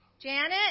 Janet